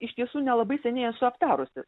iš tiesų nelabai seniai esu aptarusi